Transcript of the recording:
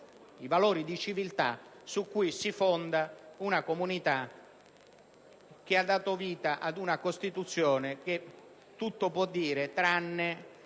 i valori di civiltà su cui si fonda la comunità che ha dato vita ad una Costituzione, di cui tutto si può dire tranne